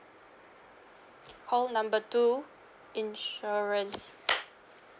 call number two insurance